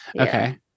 Okay